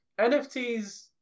NFTs